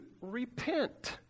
repent